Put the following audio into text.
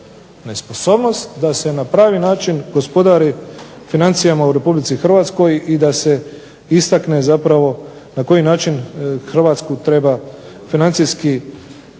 da se na pravi način gospodari financijama u RH i da se istakne na koji način Hrvatsku treba financijskim